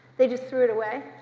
they just threw it away.